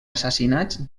assassinats